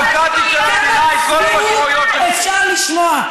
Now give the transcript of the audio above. כמה צביעות אפשר לשמוע?